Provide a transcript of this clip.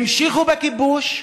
המשיכו בכיבוש,